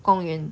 公园